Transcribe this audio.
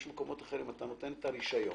יש מקומות אחרים שאתה נותן את הרישיון,